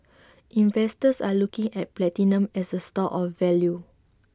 investors are looking at platinum as A store of value